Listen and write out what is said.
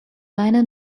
liner